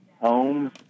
home